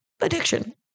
addiction